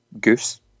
goose